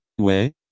ouais